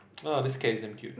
ah this cat is damn cute